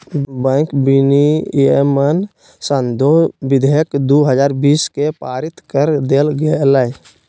bank विनियमन संशोधन विधेयक दू हजार बीस के पारित कर देल गेलय